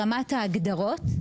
ברמת ההגדרות,